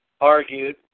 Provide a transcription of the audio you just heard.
argued